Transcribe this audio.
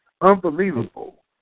Unbelievable